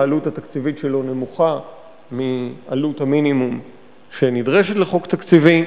העלות התקציבית שלו נמוכה מעלות המינימום שנדרשת לחוק תקציבי.